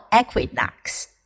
equinox